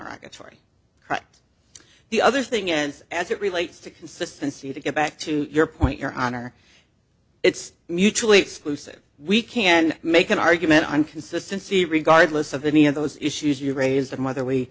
cut the other thing and as it relates to consistency to get back to your point your honor it's mutually exclusive we can make an argument on consistency regardless of any of those issues you raised and whether we